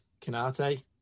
Canate